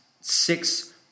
six